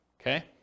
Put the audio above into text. Okay